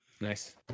nice